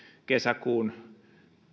kesäkuun